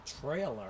trailer